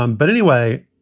um but anyway,